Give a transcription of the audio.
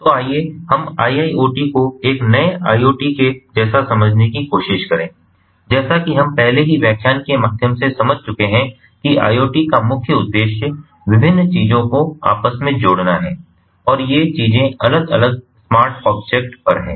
तो आइए हम IIoT को एक नए IoT के जैसा समझने की कोशिश करें जैसा कि हम पहले ही व्याख्यान के माध्यम से समझ चुके हैं कि IoT का मुख्य उद्देश्य विभिन्न चीजों को आपस में जोड़ना है और ये चीजें अलग अलग स्मार्ट ऑब्जेक्ट पर हैं